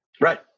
right